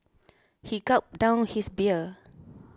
he gulped down his beer